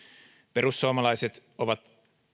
perussuomalaiset ovat